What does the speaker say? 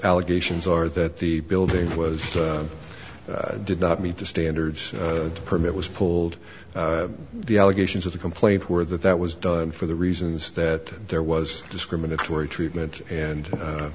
allegations are that the building was did not meet the standards to permit was pulled the allegations of the complaint were that that was done for the reasons that there was discriminatory treatment and